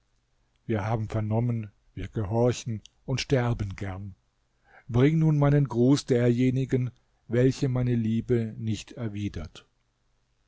wir haben vernommen wir gehorchen und sterben gern bring nun meinen gruß derjenigen welche meine liebe nicht erwidert